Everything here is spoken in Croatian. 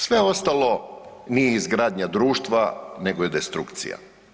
Sve ostalo nije izgradnja društva nego je destrukcija.